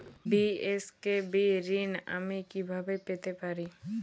BSKB ঋণ আমি কিভাবে পেতে পারি?